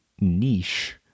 niche